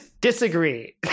disagree